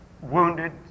wounded